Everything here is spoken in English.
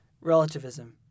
Relativism